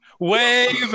Wave